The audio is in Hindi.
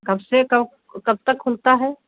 कब से कब कब तक खुलता है